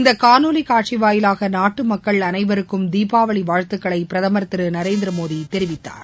இந்த காணொலி காடசி வாயிலாக நாட்டு மக்கள் அனைவருக்கும் தீபாவளி வாழ்த்துக்களை பிரதமர் திரு நரேந்திரமோடி தெரிவித்தார்